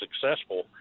successful